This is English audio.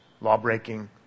Lawbreaking